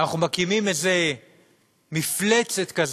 אנחנו מקימים איזו מפלצת כזאת,